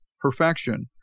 Perfection